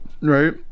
right